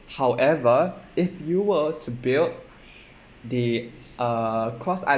however if you were to build the uh cross island